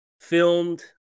filmed